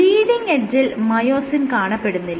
leading എഡ്ജിൽ myosin കാണപ്പെടുന്നില്ല